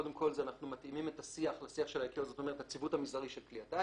קודם כול אנחנו מתאימים את השיח לשיח של ה-ICAO,